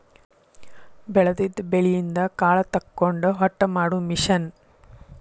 ಬೆಳದಿದ ಬೆಳಿಯಿಂದ ಕಾಳ ತಕ್ಕೊಂಡ ಹೊಟ್ಟ ಮಾಡು ಮಿಷನ್